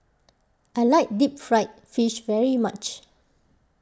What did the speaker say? I like Deep Fried Fish very much